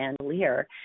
chandelier